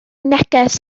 neges